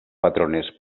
patrones